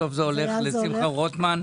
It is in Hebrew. בסוף זה הולך לשמחה רוטמן,